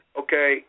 okay